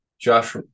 Josh